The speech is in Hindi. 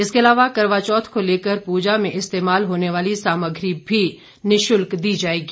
इसके अलावा करवाचौथ को लेकर पूजा में इस्तेमाल होने वाली सामग्री भी निशुल्क दी जाएगी